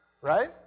right